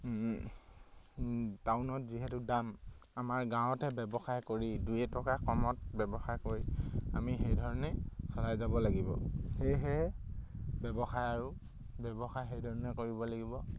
টাউনত যিহেতু দাম আমাৰ গাঁৱতে ব্যৱসায় কৰি দুই এটকা কমত ব্যৱসায় কৰি আমি সেইধৰণে চলাই যাব লাগিব সেয়েহে ব্যৱসায় আৰু ব্যৱসায় সেইধৰণেই কৰিব লাগিব